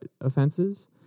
offenses